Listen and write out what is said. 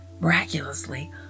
Miraculously